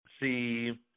see